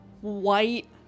white